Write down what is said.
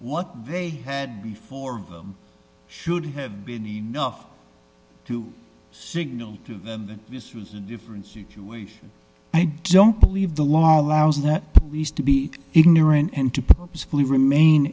what they had before them should have been enough to signal that this was a different situation i don't believe the law allows that to be ignorant and to purposefully remain